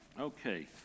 Okay